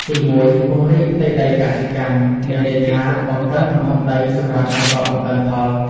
ទីមួយ ពង្រីកផ្ទៃដីកសិកម្ម មានន័យថាបង្កើនទំហំដីសម្រាប់បង្កបង្កើនផល។